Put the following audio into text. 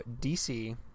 DC